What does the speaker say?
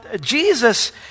jesus